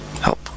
Help